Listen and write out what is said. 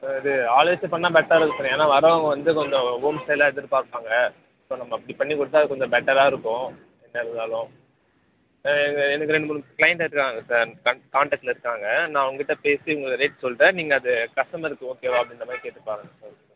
இது ஆள் வச்சு பண்ணால் பெட்டராக இருக்கும் சார் ஏன்னால் வர்றவங்க வந்து கொஞ்சம் ஹோம் ஸ்டைலாக எதிர்பார்ப்பாங்க ஸோ நம்ம அப்படி பண்ணிக் கொடுத்தா அது கொஞ்சம் பெட்டராக இருக்கும் என்ன இருந்தாலும் எங்கள் எனக்கு ரெண்டு மூணு க்ளைண்ட் இருக்காங்க சார் கன் கான்டெக்ட்டில் இருக்காங்க நான் அவங்கட்ட பேசி உங்க ரேட் சொல்கிறேன் நீங்கள் அது கஸ்டமருக்கு ஓகேவா அப்படின்ற மாதிரி கேட்டுப் பாருங்க சார்